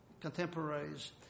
contemporaries